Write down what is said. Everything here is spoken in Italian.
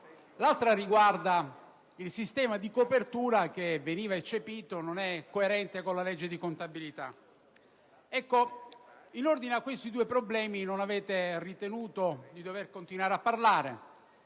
l'altra concerne il sistema di copertura che, veniva eccepito, non è coerente con la legge di contabilità. In ordine a questi due problemi non avete ritenuto di dover continuare a parlare,